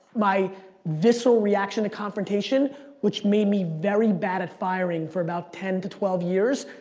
my visceral reaction to confrontation which made me very bad at firing, for about ten to twelve years,